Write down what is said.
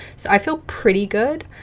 so i feel pretty good.